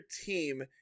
team